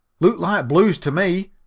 like blues to me,